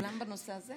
כולן בנושא הזה?